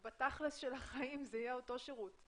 בתכל'ס של החיים זה יהיה אותו שירות.